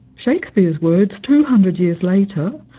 shakespeare's words two hundred years later,